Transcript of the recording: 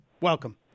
Welcome